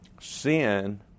sin